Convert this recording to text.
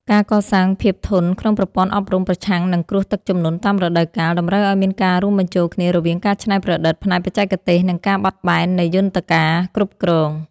ការកសាងភាពធន់ក្នុងប្រព័ន្ធអប់រំប្រឆាំងនឹងគ្រោះទឹកជំនន់តាមរដូវកាល តម្រូវឱ្យមានការរួមបញ្ចូលគ្នារវាងការច្នៃប្រឌិតផ្នែកបច្ចេកទេស និងការបត់បែននៃយន្តការគ្រប់គ្រង។